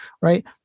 right